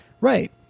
Right